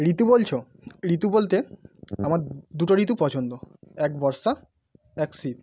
ঋতু বলছো ঋতু বলতে আমার দুটো ঋতু পছন্দ এক বর্ষা এক শীত